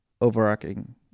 overarching